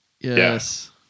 Yes